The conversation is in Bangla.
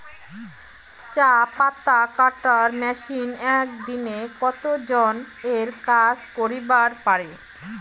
চা পাতা কাটার মেশিন এক দিনে কতজন এর কাজ করিবার পারে?